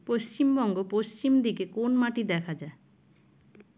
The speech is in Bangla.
পশ্চিমবঙ্গ পশ্চিম দিকে কোন মাটি দেখা যায়?